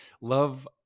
Love